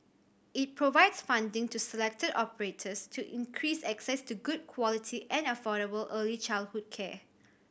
it provides funding to selected operators to increase access to good quality and affordable early childhood care